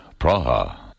Praha